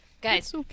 guys